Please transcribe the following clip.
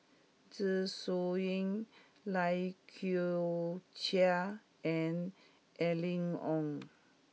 Zeng Shouyin Lai Kew Chai and Aline Wong